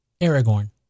Aragorn